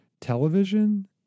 television